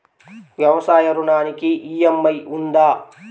వ్యవసాయ ఋణానికి ఈ.ఎం.ఐ ఉందా?